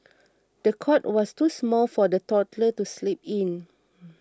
the cot was too small for the toddler to sleep in